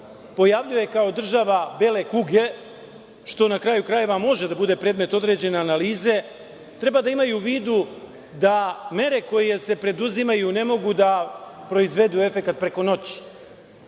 pojavljuje kao država „bele kuge“, što na kraju krajeva može da bude predmet određene analize, treba da imaju u vidu da mere koje se preduzimaju ne mogu da proizvedu efekat preko noći.